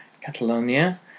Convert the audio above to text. Catalonia